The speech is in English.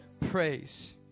praise